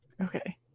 Okay